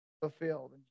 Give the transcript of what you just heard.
fulfilled